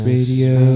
Radio